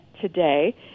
today